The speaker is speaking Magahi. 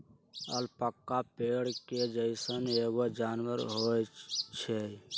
अलपाका भेड़ के जइसन एगो जानवर होई छई